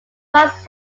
plants